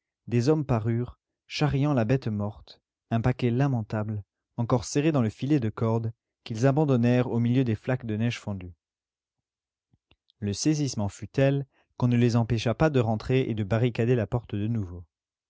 des hommes parurent charriant la bête morte un paquet lamentable encore serré dans le filet de corde qu'ils abandonnèrent au milieu des flaques de neige fondue le saisissement fut tel qu'on ne les empêcha pas de rentrer et de barricader la porte de nouveau